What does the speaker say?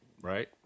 Right